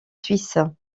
suisses